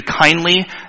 kindly